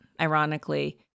ironically